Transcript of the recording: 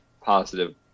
positive